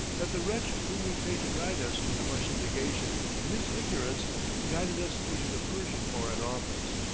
that the wretch whom we paid to guide us to the russian legation, in his ignorance guided us into the persian foreign office.